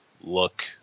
look